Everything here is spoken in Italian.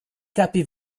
capi